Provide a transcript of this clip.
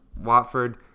Watford